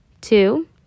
Two